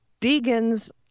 Deegan's